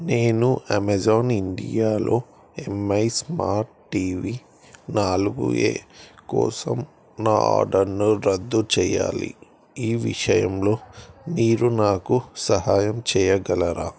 నేను అమెజాన్ ఇండియాలో M I smart T V నాలుగు ఏ కోసం నా ఆర్డర్ను రద్దు చెయ్యాలి ఈ విషయంలో మీరు నాకు సహాయం చేయగలరా